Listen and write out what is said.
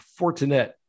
Fortinet